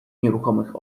nieruchomych